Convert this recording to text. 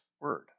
word